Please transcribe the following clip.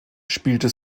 spielte